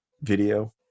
video